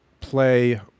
play